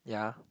yeah